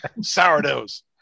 Sourdough's